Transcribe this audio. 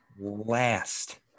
last